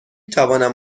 توانم